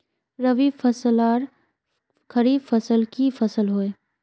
रवि फसल आर खरीफ फसल की फसल होय?